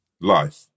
life